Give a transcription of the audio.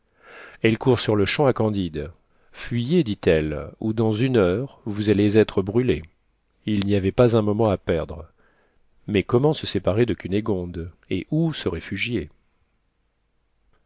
elle court sur-le-champ à candide fuyez dit-elle ou dans une heure vous allez être brûlé il n'y avait pas un moment à perdre mais comment se séparer de cunégonde et où se réfugier